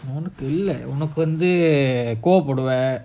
உனக்குஇல்லஉனக்குவந்துகோவபடுவ:unakku illa unakku vandhu koova paduva